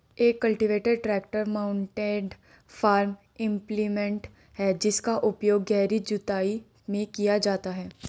एक cultivator tractor mounted farm implement है जिसका उपयोग गहरी जुताई में किया जाता है